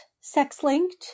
sex-linked